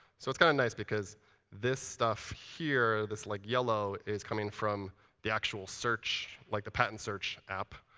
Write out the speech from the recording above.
so it's kind of nice because this stuff here, this like yellow, is coming from the actual search. like the patent search app.